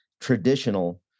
traditional